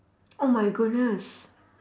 oh my goodness